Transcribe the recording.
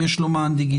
אם יש לו מען דיגיטלי,